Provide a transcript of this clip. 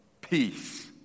peace